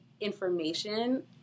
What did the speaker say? information